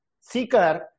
seeker